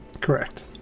correct